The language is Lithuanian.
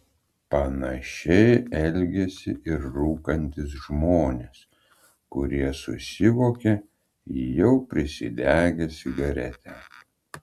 panašiai elgiasi ir rūkantys žmonės kurie susivokia jau prisidegę cigaretę